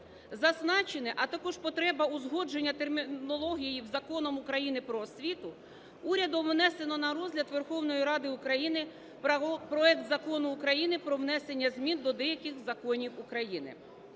Зазначення, а також потреба узгодження термінології Законом України "Про освіту" урядом внесено на розгляд Верховної Ради України проект Закону України про внесення змін до деяких законів України.